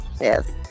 Yes